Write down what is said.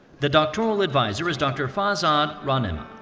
the doctoral advisor is dr. farzad rahnema.